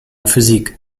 physik